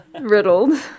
riddled